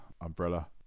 Umbrella